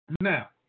Now